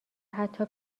حتی